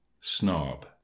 Snob